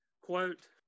quote